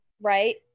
Right